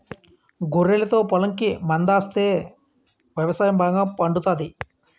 గొర్రెలతో పొలంకి మందాస్తే వ్యవసాయం బాగా పండుతాది